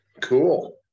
Cool